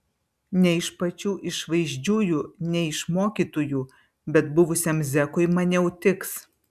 ne iš pačių išvaizdžiųjų ne iš mokytųjų bet buvusiam zekui maniau tiks